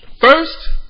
First